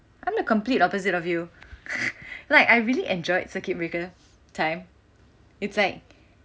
I'm the complete opposite of you like I really enjoyed circuit breaker time it's like